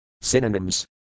Synonyms